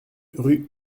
rue